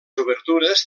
obertures